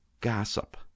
gossip